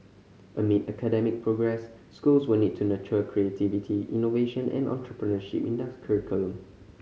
amid academic progress schools will need to nurture creativity innovation and entrepreneurship in their curriculum